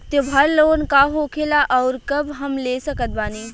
त्योहार लोन का होखेला आउर कब हम ले सकत बानी?